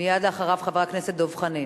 מייד לאחריו, חבר הכנסת דב חנין.